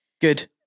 Good